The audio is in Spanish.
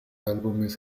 álbumes